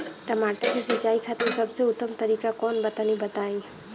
टमाटर के सिंचाई खातिर सबसे उत्तम तरीका कौंन बा तनि बताई?